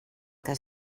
que